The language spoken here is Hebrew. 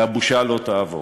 והבושה לא תעבור.